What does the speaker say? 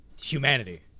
humanity